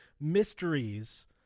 mysteries